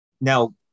now